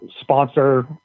sponsor